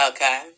Okay